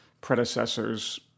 predecessors